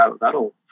that'll